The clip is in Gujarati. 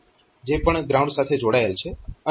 જે પણ ગ્રાઉન્ડ સાથે જોડાયેલ છે